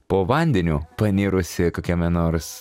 po vandeniu panirusi kokiame nors